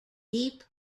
deep